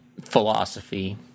philosophy